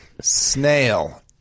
Snail